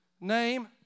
name